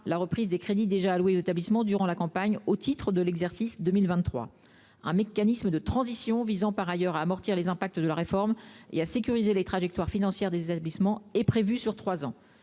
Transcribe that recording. la reprise des crédits déjà alloués aux établissements durant la campagne au titre de l'exercice 2023. Un mécanisme de transition visant par ailleurs à amortir les impacts de la réforme et à sécuriser les trajectoires financières des établissements est prévu sur trois ans.